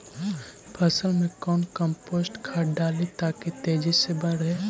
फसल मे कौन कम्पोस्ट खाद डाली ताकि तेजी से बदे?